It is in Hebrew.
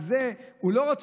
על זה הוא לא רוצה